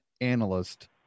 analyst